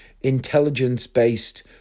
intelligence-based